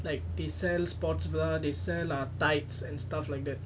like they sell sports bra they sell lah tights and stuff like that